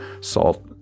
salt